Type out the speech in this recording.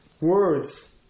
words